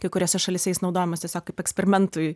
kai kuriose šalyse jis naudojamas tiesiog kaip eksperimentui